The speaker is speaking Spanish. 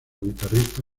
guitarrista